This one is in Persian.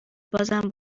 بازم